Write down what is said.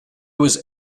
was